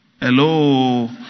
Hello